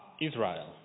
Israel